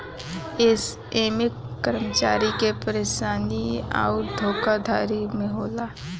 ऐमे कर्मचारी के परेशानी अउर धोखाधड़ी भी होला